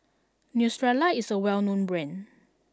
Neostrata is a well known brand